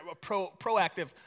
proactive